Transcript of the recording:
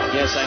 Yes